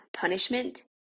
punishment